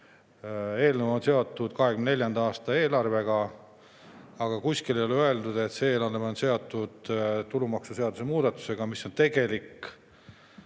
eelnõu on seotud 2024. aasta eelarvega. Kuskil ei ole öeldud, et see eelnõu on seotud tulumaksuseaduse muudatusega, mis on tegelik